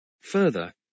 Further